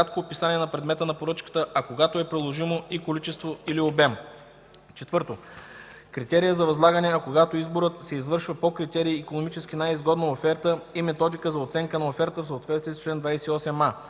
кратко описание на предмета на поръчката, а когато е приложимо – и количество или обем; 4. критерия за възлагане, а когато изборът се извършва по критерий икономически най-изгодна оферта – и методика за оценка на офертата в съответствие с чл. 28а;